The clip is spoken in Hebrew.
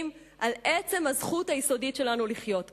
על עצם הזכות היסודית שלנו לחיות כאן.